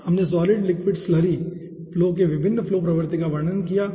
हमने solid liquid slurry flow के विभिन्न फ्लो प्रवर्ति का वर्णन किया है